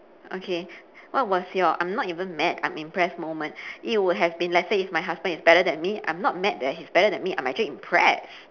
okay what was your I'm not even mad I'm impressed moment if it would have been let's say if my husband is better than me I'm not mad that he's better than me I'm actually impressed